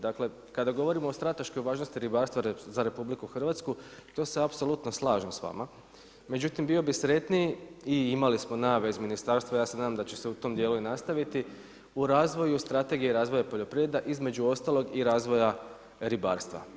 Dakle kada govorimo o strateškoj važnosti ribarstva za RH, to se apsolutno slažem s vama, međutim bio bi sretniji i imali smo najave iz ministarstva, ja se nadam da će se u tom djelu i nastaviti, u razvoju Strategije razvoja poljoprivrede, između ostalog i razvoja ribarstva.